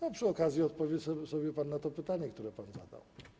To przy okazji odpowie sobie pan na to pytanie, które pan zadał.